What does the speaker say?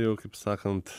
jau kaip sakant